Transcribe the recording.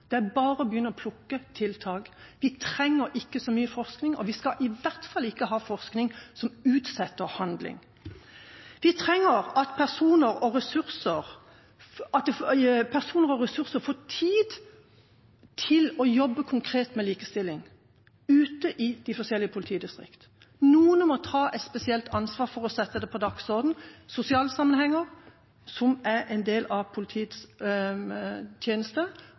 er bare å begynne å plukke tiltak. Vi trenger ikke så mye forskning, og vi skal i hvert fall ikke ha forskning som utsetter handling. Vi trenger ressurser og personer som får tid til å jobbe konkret med likestilling ute i de forskjellige politidistrikt. Noen må ta et spesielt ansvar for å sette det på dagsordenen, i sosiale sammenhenger som er en del av politiets tjeneste,